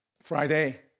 Friday